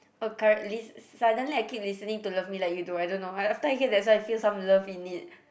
oh Carly suddenly I keep listening to Love me like you do I don't know after I listen I feel some love in it